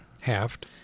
Halved